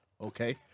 okay